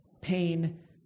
pain